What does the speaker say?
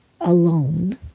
alone